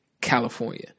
California